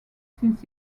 since